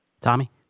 Tommy